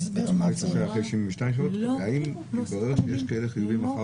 אחרי 72 שעות, מתברר שיש חיוביים.